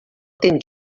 temps